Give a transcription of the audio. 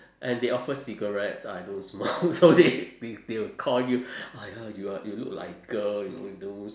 and they offer cigarettes I don't smoke so they they they'll call you !aiya! you are you look like girl you know don't